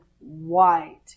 white